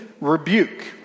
rebuke